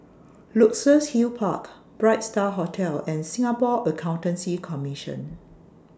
Luxus Hill Park Bright STAR Hotel and Singapore Accountancy Commission